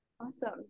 Awesome